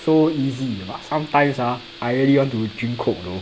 so easy but sometimes ah I really want to drink coke you know